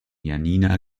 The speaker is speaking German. janina